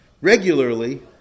Regularly